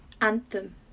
anthem